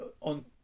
on